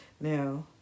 Now